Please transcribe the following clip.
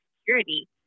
security